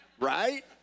Right